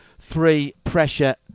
three-pressure